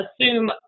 assume